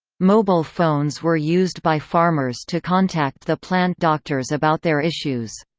mobile phones were used by farmers to contact the plant doctors about their issues.